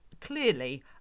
clearly